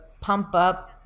pump-up